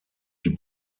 die